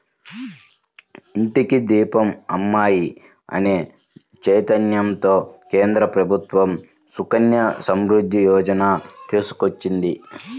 ఇంటికి దీపం అమ్మాయి అనే చైతన్యంతో కేంద్ర ప్రభుత్వం సుకన్య సమృద్ధి యోజన తీసుకొచ్చింది